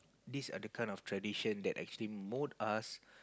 this are the kind of tradition that actually mould us